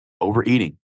Overeating